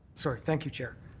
sorry. thank you, chair.